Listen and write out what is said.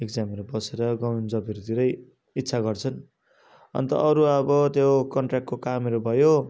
इक्जामहरू बसेर गभर्मेन्ट जबहरूतिर इच्छा गर्छन् अन्त अरू अब त्यो कन्ट्र्याक्टको कामहरू भयो